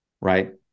right